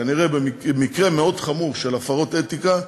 זה כנראה במקרה מאוד חמור של הפרת אתיקה,